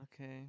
Okay